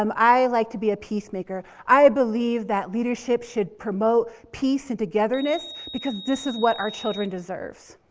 um i like to be a peacemaker. i believe that leadership should promote peace and togetherness because this is what our children deserves.